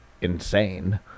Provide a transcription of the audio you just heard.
insane